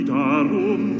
darum